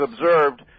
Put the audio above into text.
observed